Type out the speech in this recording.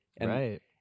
Right